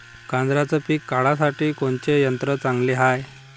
गांजराचं पिके काढासाठी कोनचे यंत्र चांगले हाय?